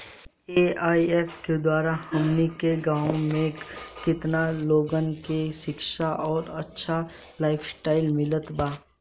AIF के द्वारा हमनी के गांव में केतना लोगन के शिक्षा और अच्छा लाइफस्टाइल मिलल बा